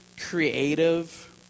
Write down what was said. creative